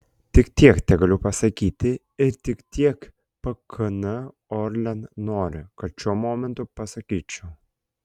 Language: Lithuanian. tik tiek tegaliu pasakyti ir tik tiek pkn orlen nori kad šiuo momentu pasakyčiau